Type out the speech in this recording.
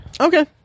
okay